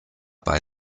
bei